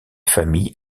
familles